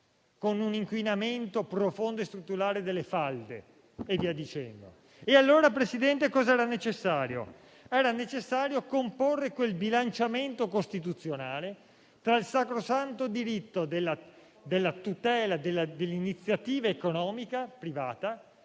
con un inquinamento profondo e strutturale delle falde. Allora, signor Presidente, cosa era necessario? Era necessario comporre quel bilanciamento costituzionale tra il sacrosanto diritto alla tutela dell'iniziativa economica privata e